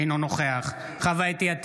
אינו נוכח יוסף עטאונה, אינו נוכח חוה אתי עטייה,